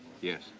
Yes